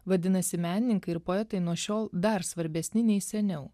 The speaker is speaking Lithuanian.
vadinasi menininkai ir poetai nuo šiol dar svarbesni nei seniau